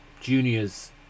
juniors